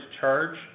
charge